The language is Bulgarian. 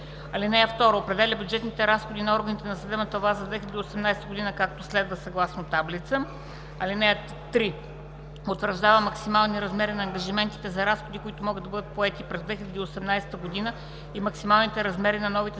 (2) Определя бюджетните разходи на органите на съдебната власт за 2018 г., както следва: (съгласно таблица). (3) Утвърждава максимални размери на ангажиментите за разходи, които могат да бъдат поети през 2018 г., и максималните размери на новите задължения